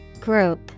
Group